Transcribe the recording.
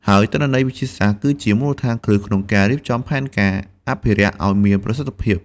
ហើយទិន្នន័យវិទ្យាសាស្ត្រគឺជាមូលដ្ឋានគ្រឹះក្នុងការរៀបចំផែនការអភិរក្សឲ្យមានប្រសិទ្ធភាព។